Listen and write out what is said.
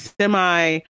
semi